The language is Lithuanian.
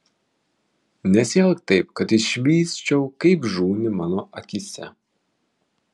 nesielk taip kad išvysčiau kaip žūni mano akyse